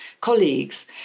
colleagues